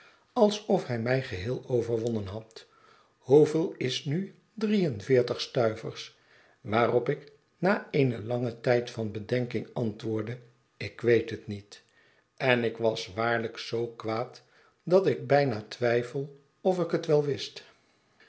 alsof hij mij geheel overwonnen had hoeveelis nu drie en veertig stuivers waarop ik na een langen tijd van bedenking antwoordde ik weet het niet en ik was waarlijk zoo kwaad dat ik byna twijfel of ik het wel wist